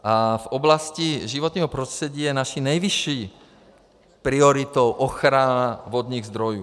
V oblasti životního prostředí je naší nejvyšší prioritou ochrana vodních zdrojů.